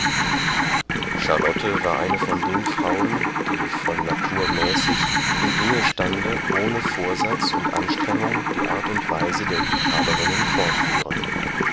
charlotte war eine von den frauen die von natur mäßig im ehestande ohne vorsatz und anstrengung die art und weise der liebhaberinnen fortführen